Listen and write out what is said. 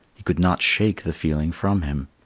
he could not shake the feeling from him.